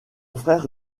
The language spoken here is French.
frère